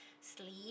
sleep